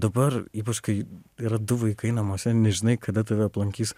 dabar ypač kai yra du vaikai namuose nežinai kada tave aplankys